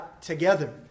together